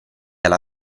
alla